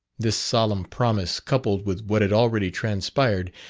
this solemn promise, coupled with what had already transpired,